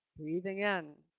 breathing in,